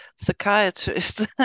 psychiatrist